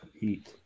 Heat